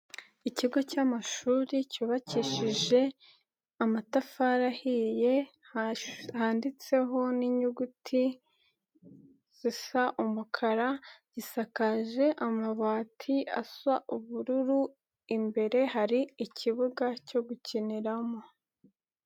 Ikigo cy'amashuri cyubakishije amatafari ahiye handitseho n'inyuguti zisa umukara, gisakaje amabati asa ubururu, imbere hari ikibuga cyo gukiniramo.